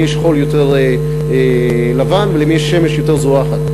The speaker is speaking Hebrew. יש חול יותר לבן ולמי יש שמש יותר זורחת.